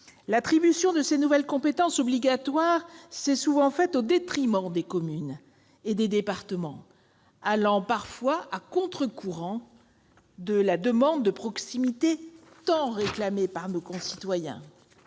L'attribution de ces nouvelles compétences obligatoires s'est souvent faite au détriment des communes et des départements, allant parfois à contre-courant de la demande de proximité tant réclamée par nos concitoyens.